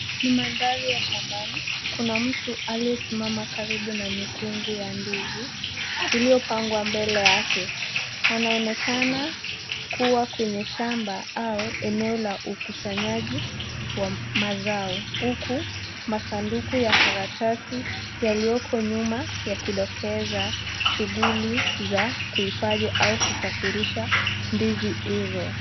Ni mandhari ya shambani. Kuna mtu aliyesimama karibu na mikungu ya ndizi iliyopangwa mbele yake. Anaonekana kuwa kwenye shamba au eneo la ukusanyaji wa mazao huku masanduku ya karatasi yaliyoko nyuma yakidokeza shughuli za kuhifadhi au kusafirisha ndizi hizo.